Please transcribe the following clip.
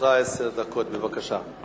עשר דקות, בבקשה.